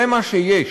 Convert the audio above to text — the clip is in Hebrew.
זה מה שיש.